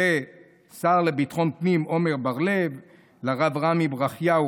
לשר לביטחון פנים עמר בר לב ולרב רמי ברכיהו,